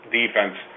defense